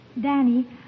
Danny